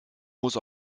muss